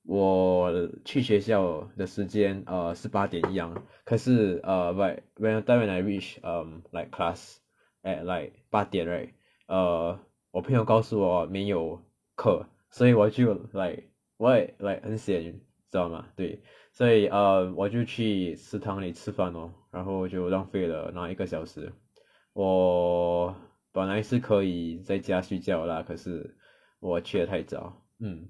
我去学校的时间 err 是八点一样可是 err but when the time when I reach um like class at like 八点 right err 我朋友告诉我没有课所以我就 like why like 很 sian leh 你知道吗对所以 err 我就去食堂里吃饭咯然后就浪费了那一个小时我本来是可以在家睡觉啦可是我去了太早 mm